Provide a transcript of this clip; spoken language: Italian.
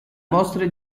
mostre